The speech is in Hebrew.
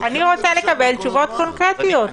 אני רוצה לקבל תשובות קונקרטיות.